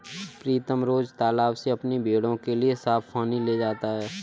प्रीतम रोज तालाब से अपनी भेड़ों के लिए साफ पानी ले जाता है